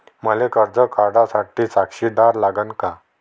मले कर्ज काढा साठी साक्षीदार लागन का?